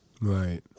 Right